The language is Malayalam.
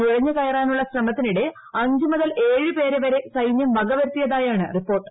നുഴഞ്ഞു കയറാനുള്ള ശ്രമത്തിനിടെ അഞ്ച് മുതൽ ഏഴ് പേരെ വരെ സൈന്യം വകവരുത്തിയതായാണ് റിപ്പോർട്ട്